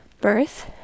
birth